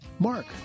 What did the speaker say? Mark